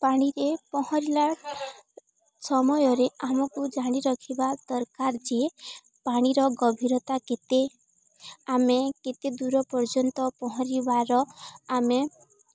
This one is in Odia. ପାଣିରେ ପହଁରିଲା ସମୟରେ ଆମକୁ ଜାଣି ରଖିବା ଦରକାର ଯେ ପାଣିର ଗଭୀରତା କେତେ ଆମେ କେତେ ଦୂର ପର୍ଯ୍ୟନ୍ତ ପହଁରିବାର ଆମେ